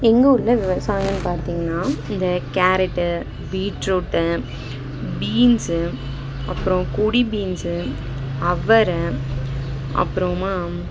எங்கள் ஊரில் விவசாயம் பார்த்தீங்கன்னா இந்த கேரட்டு பீட்ருட்டு பீன்ஸூ அப்புறம் கொடி பீன்ஸூ அவரை அப்புறமா